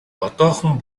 одоохон